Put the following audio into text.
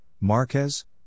Marquez